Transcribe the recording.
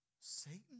Satan